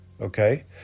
Okay